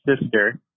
Sister